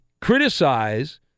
criticize